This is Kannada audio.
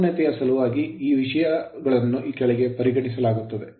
ಸಂಪೂರ್ಣತೆಯ ಸಲುವಾಗಿ ಈ ಎಲ್ಲಾ ವಿಷಯಗಳನ್ನು ಕೆಳಗೆ ಪರಿಗಣಿಸಲಾಗುತ್ತದೆ